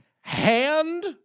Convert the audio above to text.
hand